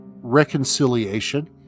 reconciliation